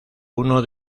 uno